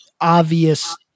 obvious